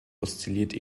oszilliert